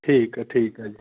ਠੀਕ ਹੈ ਠੀਕ ਹੈ ਜੀ